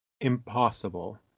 impossible